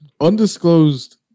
undisclosed